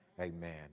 Amen